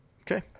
Okay